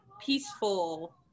peaceful